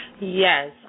Yes